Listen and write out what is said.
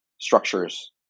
structures